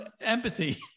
empathy